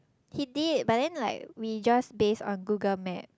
he did but then like we just base on Google-Map